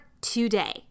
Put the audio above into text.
today